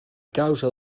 causa